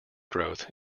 growth